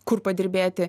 kur padirbėti